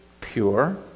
pure